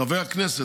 חברי הכנסת,